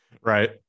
Right